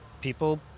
people